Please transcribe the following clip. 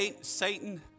Satan